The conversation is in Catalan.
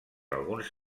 alguns